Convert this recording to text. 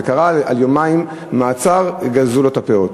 ביומיים מעצר גזזו לו את הפאות.